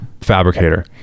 fabricator